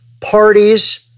parties